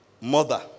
mother